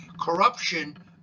corruption